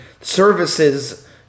services